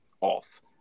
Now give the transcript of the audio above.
off